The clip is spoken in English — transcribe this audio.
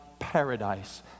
paradise